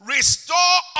Restore